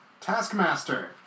Taskmaster